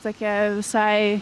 tokia visai